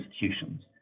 institutions